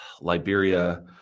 Liberia